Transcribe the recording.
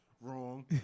Wrong